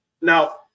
now